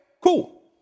cool